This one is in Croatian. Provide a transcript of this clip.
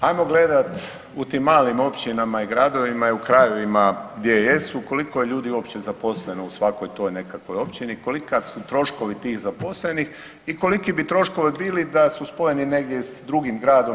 Hajmo gledati u tim malim općinama i gradovima i u krajevima gdje jesu koliko je ljudi uopće zaposleno u svakoj toj nekakvoj općini i koliki su troškovi tih zaposlenih i koliki bi troškovi bili da su spojeni negdje s drugim gradom